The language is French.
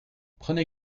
prenez